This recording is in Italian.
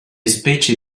specie